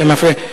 אתם מפריעים.